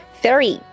ferry